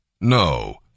No